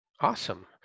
Awesome